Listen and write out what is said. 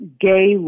gay